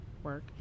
Work